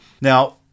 Now